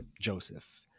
Joseph